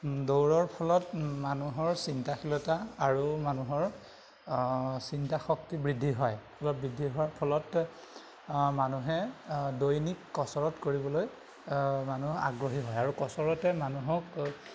দৌৰৰ ফলত মানুহৰ চিন্তাশীলতা আৰু মানুহৰ চিন্তা শক্তি বৃদ্ধি হয় ফলত বৃদ্ধি হোৱাৰ ফলত মানুহে দৈনিক কচৰত কৰিবলৈ মানুহ আগ্ৰহী হয় আৰু কচৰতে মানুহক